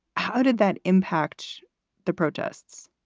how did that impact the protests?